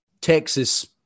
Texas